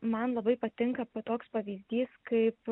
man labai patinka toks pavyzdys kaip